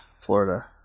Florida